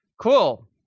Cool